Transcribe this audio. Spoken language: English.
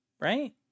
Right